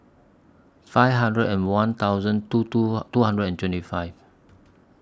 five hundred and one thousand two two two hundred and twenty five